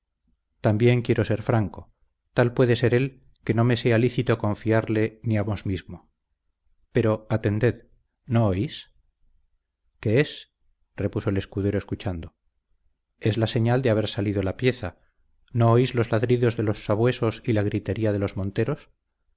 también quiero ser franco tal puede ser él que no me sea lícito confiarle ni a vos mismo pero atended no oís qué es repuso el escudero escuchando es la señal de haber salido la pieza no oís los ladridos de los sabuesos y la gritería de los monteros